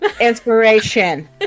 Inspiration